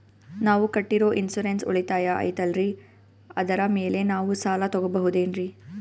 ನಾವು ಕಟ್ಟಿರೋ ಇನ್ಸೂರೆನ್ಸ್ ಉಳಿತಾಯ ಐತಾಲ್ರಿ ಅದರ ಮೇಲೆ ನಾವು ಸಾಲ ತಗೋಬಹುದೇನ್ರಿ?